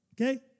okay